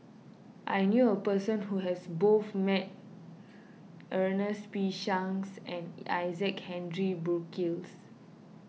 I knew a person who has both met Ernest P Shanks and Isaac Henry Burkill